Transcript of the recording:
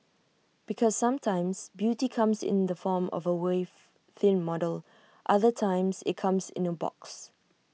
because sometimes beauty comes in the form of A waif thin model other times IT comes in A box